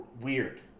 weird